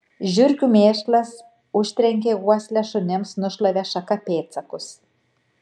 žiurkių mėšlas užtrenkė uoslę šunims nušlavė šaka pėdsakus